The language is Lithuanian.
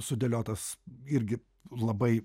sudėliotas irgi labai